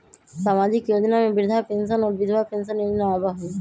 सामाजिक योजना में वृद्धा पेंसन और विधवा पेंसन योजना आबह ई?